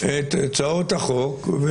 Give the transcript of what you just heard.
את הצעות החוק,